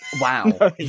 Wow